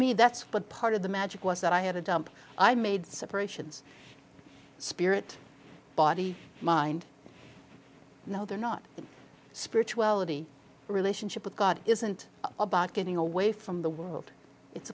me that's what part of the magic was that i had a dump i made separations spirit body mind now they're not the spiritual relationship with god isn't about getting away from the world it's